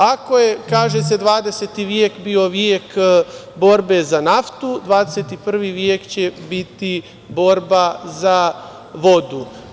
Ako je, kaže se, XX vek bio vek borbe za naftu, XXI vek će biti borba za vodu.